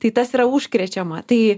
tai tas yra užkrečiama tai